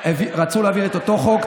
שרצו להעביר את אותו חוק,